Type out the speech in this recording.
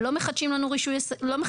לא מחדשים לנו רישיונות